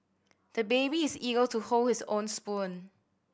the baby is eager to hold his own spoon